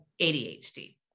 ADHD